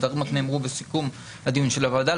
הדברים נאמרו בסיכום הדיון של הוועדה,